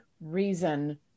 reason